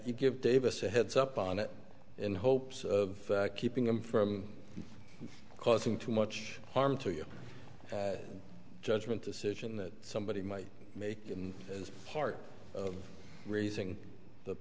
you give davis a heads up on it in hopes of keeping him from causing too much harm to your judgment decision that somebody might make as part of raising the